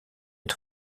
est